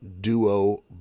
Duo